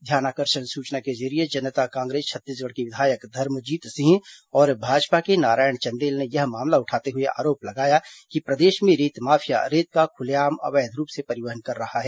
ध्यानाकर्षण सूचना के जरिये जनता कांग्रेस छत्तीसगढ़ के विधायक धर्मजीत सिंह और भाजपा के नारायण चंदेल ने यह मामला उठाते हुए आरोप लगाया कि प्रदेश में रेत माफिया रेत का खुलेआम अवैध रूप से परिवहन कर रहा है